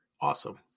awesome